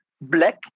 black